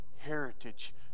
heritage